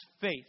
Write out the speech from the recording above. faith